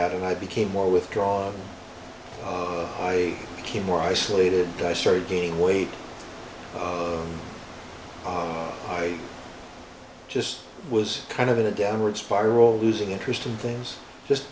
t and i became more withdrawn i became more isolated and i started gaining weight i just was kind of in a downward spiral losing interest in things just